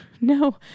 No